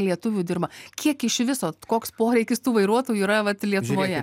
lietuvių dirba kiek iš viso koks poreikis tų vairuotojų yra vat lietuvoje